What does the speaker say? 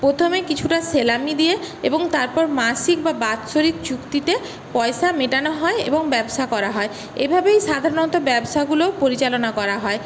প্রথমে কিছুটা সেলামি দিয়ে এবং তারপর মাসিক বা বাৎসরিক চুক্তিতে পয়সা মেটানো হয় এবং ব্যবসা করা হয় এভাবেই সাধারণত ব্যবসাগুলো পরিচালনা করা হয়